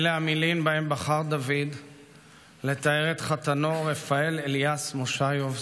אלה המילים שבהן בחר דוד לתאר את חתנו רפאל אליאס מושיוף,